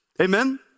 Amen